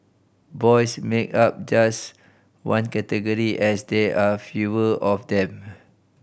boys make up just one category as there are fewer of them